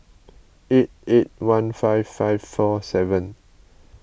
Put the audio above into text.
eight eight one five five four seven